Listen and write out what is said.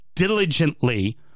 diligently